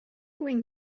wing